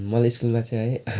मलाई स्कुलमा चाहिँ है